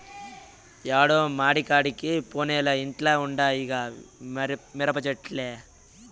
యాడో మడికాడికి పోనేలే ఇంట్ల ఉండాయిగా మిరపచెట్లు